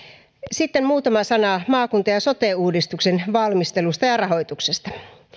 sitten muutama sana maakunta ja sote uudistuksen valmistelusta ja rahoituksesta